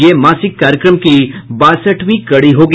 ये मासिक कार्यक्रम की बासठवीं कड़ी होगी